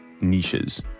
niches